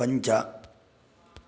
पञ्च